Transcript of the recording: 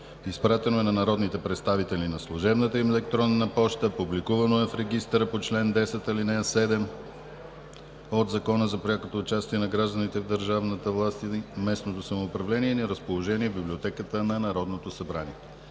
Изпратено е на народните представители на служебната им електронна поща, публикувано е в регистъра по чл. 10, ал. 7 от Закона за прякото участие на гражданите в държавната власт и местното самоуправление и е на разположение в Библиотеката на Народното събрание.